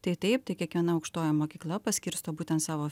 tai taip tai kiekviena aukštoji mokykla paskirsto būtent savo